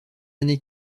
années